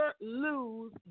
lose